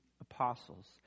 apostles